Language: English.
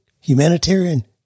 humanitarian